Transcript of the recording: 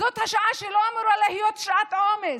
זאת שעה שלא אמורה להיות שעת עומס,